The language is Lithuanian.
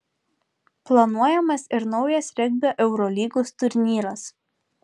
planuojamas ir naujas regbio eurolygos turnyras